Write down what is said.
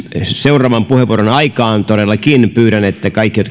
seuraavan puheenvuoron aikana todellakin pyydän että kaikki